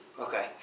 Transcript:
Okay